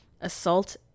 assault